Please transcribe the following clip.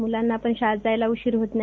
मुलांनाही शालेत जायला उशिर होत नाही